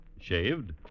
shaved